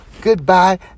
goodbye